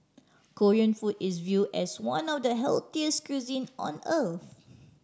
Korean food is view as one of the healthiest cuisin on earth